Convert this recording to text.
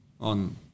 on